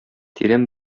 тирән